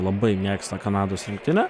labai mėgsta kanados rinktinė